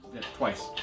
Twice